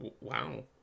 wow